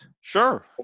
Sure